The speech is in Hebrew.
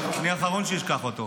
אני האחרון שאשכח אותו.